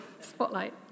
spotlight